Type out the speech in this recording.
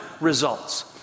results